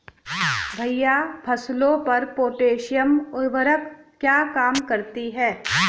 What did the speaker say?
भैया फसलों पर पोटैशियम उर्वरक क्या काम करती है?